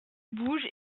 bouge